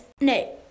No